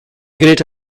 great